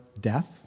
death